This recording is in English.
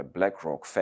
Blackrock